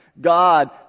God